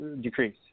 decrease